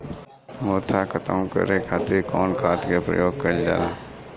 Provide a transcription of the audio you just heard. मोथा खत्म करे खातीर कउन खाद के प्रयोग कइल जाला?